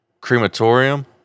crematorium